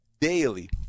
daily